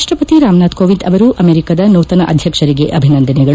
ರಾಷ್ಟಪತಿ ರಾಮನಾಥ್ ಕೋವಿಂದ್ ಅವರು ಅಮೆರಿಕದ ನೂತನ ಅಧ್ಯಕ್ಷರಿಗೆ ಅಭಿನಂದನೆಗಳು